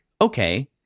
okay